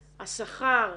השכר,